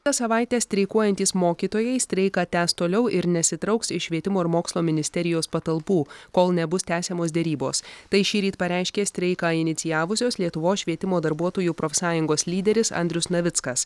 tą savaitę streikuojantys mokytojai streiką tęs toliau ir nesitrauks iš švietimo ir mokslo ministerijos patalpų kol nebus tęsiamos derybos tai šįryt pareiškė streiką inicijavusios lietuvos švietimo darbuotojų profsąjungos lyderis andrius navickas